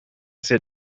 sit